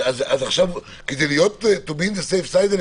אז כדי להיות in the safe side אני